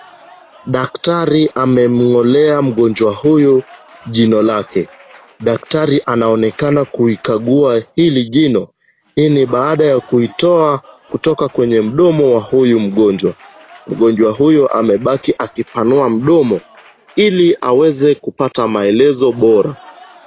Daktari amemng'olea mgonjwa huyu jino lake. Daktari anaonekana kuikagua hili jino ili baada ya kuitoa kutoka kwenye mdomo wa mgonjwa huyu. Mgonjwa huyu amebaki akipanua mdomo ili aweze kupata maelezo bora.